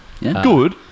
good